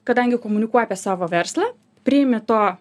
kadangi komunikuoji apie savo verslą priimi to